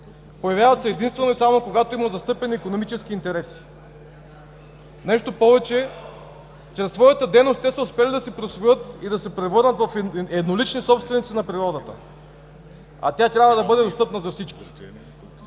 Появяват се единствено и само когато има застъпени икономически интереси. Нещо повече, чрез своята дейност те са успели да си присвоят и да се превърнат в еднолични собственици на природата, а тя трябва да бъде достъпна за всички!